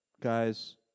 guys